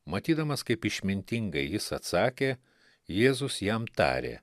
matydamas kaip išmintingai jis atsakė jėzus jam tarė